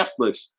Netflix